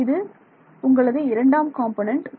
இது உங்களது இரண்டாம் காம்பொனன்ட்